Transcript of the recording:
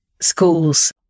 schools